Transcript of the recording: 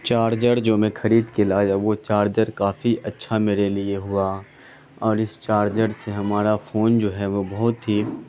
charger جو میں خرید کے لایا وہ چاڑجر کافی اچھا میرے لیے ہوا اور اس چاڑجر سے ہمارا فون جو ہے وہ بہت ہی